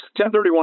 1031